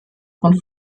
von